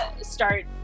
start